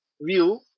view